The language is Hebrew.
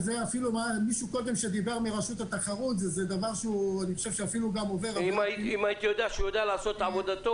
מישהו קודם שדיבר מרשות התחרות -- אם הייתי יודע שהוא יודע מהי עבודתו